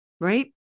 Right